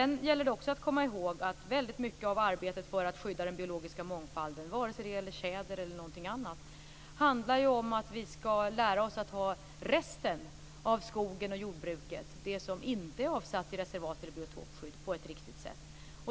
Det gäller också att komma ihåg att väldigt mycket av arbetet med att skydda den biologiska mångfalden, vare sig det gäller tjäder eller någonting annat, handlar om att vi skall lära oss att ta hand om resten av skogen och jordbruket, det som inte är avsatt i reservat eller har ett biotopskydd, på ett riktigt sätt.